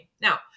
Now